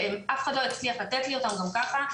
כשאף אחד לא הצליח לתת לי אותם גם ככה,